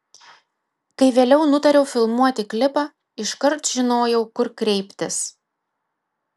kai vėliau nutariau filmuoti klipą iškart žinojau kur kreiptis